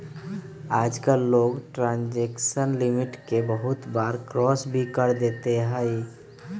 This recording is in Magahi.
आजकल लोग ट्रांजेक्शन लिमिट के बहुत बार क्रास भी कर देते हई